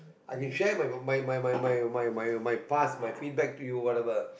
I can share my my my my my my my past my feedback to you whatever